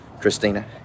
Christina